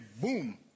boom